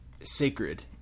sacred